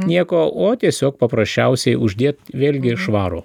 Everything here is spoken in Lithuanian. nieko o tiesiog paprasčiausiai uždėt vėlgi švarų